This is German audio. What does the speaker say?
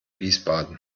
wiesbaden